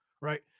right